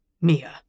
Mia